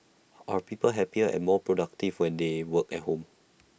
are people happier and more productive when they work at home